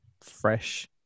fresh